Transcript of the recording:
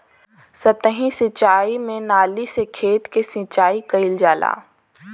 सतही सिंचाई में नाली से खेत के सिंचाई कइल जाला